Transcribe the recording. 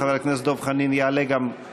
חבר הכנסת דב חנין גם יעלה לנמק.